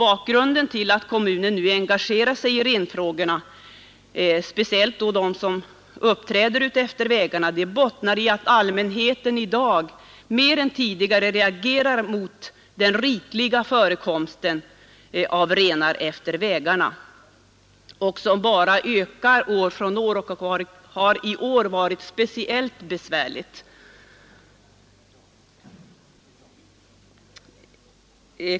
Bakgrunden till att kommunen nu har engagerat sig i renfrågorna, och speciellt då i de problem som uppträder utefter vägarna, bottnar i att allmänheten i dag mer än tidigare reagerar mot den rikliga förekomsten av renar på vägarna, vilken bara ökar år efter år och som i år har varit särskilt besvärlig.